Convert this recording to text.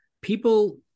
people